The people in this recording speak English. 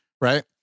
right